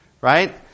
right